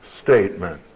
statement